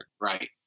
Right